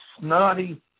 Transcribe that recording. snotty